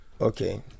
Okay